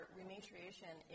rematriation